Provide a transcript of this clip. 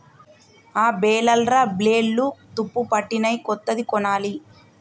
ఆ బేలర్ల బ్లేడ్లు తుప్పుపట్టినయ్, కొత్తది కొనాలి